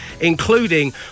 including